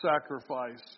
sacrifice